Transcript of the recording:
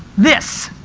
this.